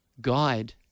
guide